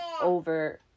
over